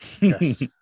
yes